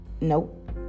nope